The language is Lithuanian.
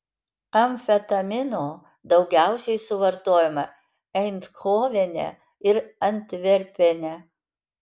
amfetamino daugiausiai suvartojama eindhovene ir antverpene